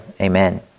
Amen